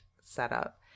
setup